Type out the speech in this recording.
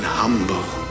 humble